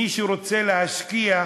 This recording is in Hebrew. מי שרוצה להשכיח